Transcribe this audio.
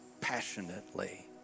passionately